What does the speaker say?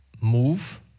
move